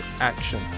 action